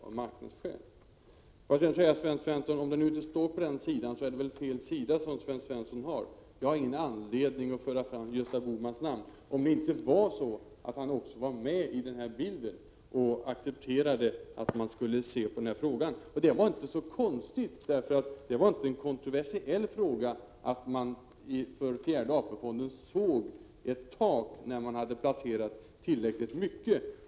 Om det som jag har åberopat inte står på den sida som Sten Svensson har läst, så är det väl fel sida som han har. Jag har ingen anledning att föra fram Gösta Bohmans namn om det inte vore så att också han var med i bilden och accepterade att frågan skulle studeras. Det var inte så konstigt, eftersom det då inte var kontroversiellt att anse att det fanns ett tak för hur mycket man kan placera i fjärde AP-fonden.